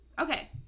Okay